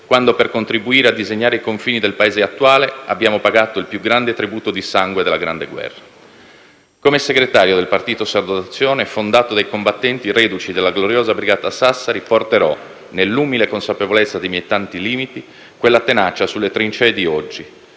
quando, per contribuire a disegnare i confini del Paese attuale, abbiamo pagato il più grande tributo di sangue della Grande Guerra. Come segretario del Partito sardo d'azione, fondato dai combattenti reduci della gloriosa Brigata Sassari, porterò nell'umile consapevolezza dei miei tanti limiti, quella tenacia sulle trincee di oggi: